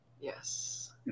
yes